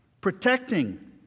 protecting